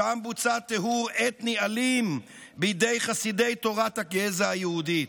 שם בוצע טיהור אתני אלים בידי חסידי תורת הגזע היהודית.